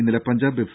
ഇന്നലെ പഞ്ചാബ് എഫ്